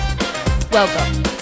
Welcome